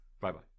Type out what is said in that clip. Bye-bye